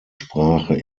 sprache